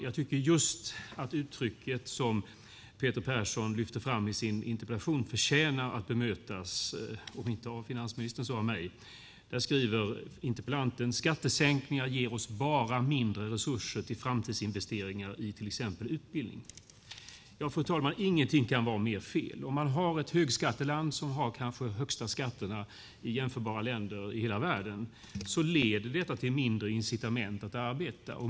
Jag tycker att just det uttryck som Peter Persson lyfte fram i sin interpellation förtjänar att bemötas, om inte av finansministern så av mig. Interpellanten skriver: "Skattesänkningar ger oss bara mindre resurser till framtidsinvesteringar i till exempel utbildning." Fru talman! Ingenting kan vara mer fel. Om man har ett högskatteland som har de kanske högsta skatterna av jämförbara länder i hela världen leder detta till mindre incitament att arbeta.